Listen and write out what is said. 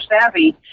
savvy